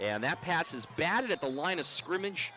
and that passes batted at the line of scrimmage